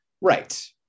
Right